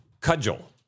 cudgel